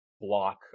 block